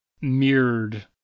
mirrored